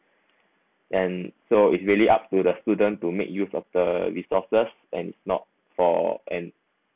and so it's really up to the student to make use of the resources and not for and